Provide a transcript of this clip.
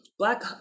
Black